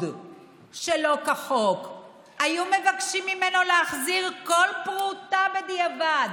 שלא כחוק היו מבקשים מנו להחזיר כל פרוטה בדיעבד,